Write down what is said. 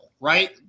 right